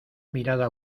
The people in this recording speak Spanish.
mirada